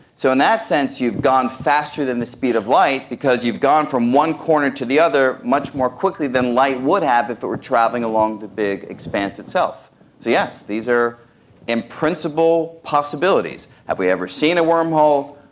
so in that sense you've gone faster than the speed of light because you've gone from one corner to the other much more quickly than light would have if it were travelling along the big expanse itself. so yes, these are in-principle possibilities. have we ever seen a wormhole?